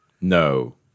No